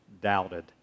doubted